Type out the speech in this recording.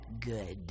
good